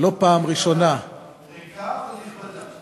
ריקה אבל נכבדה.